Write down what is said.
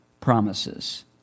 promises